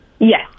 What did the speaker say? Yes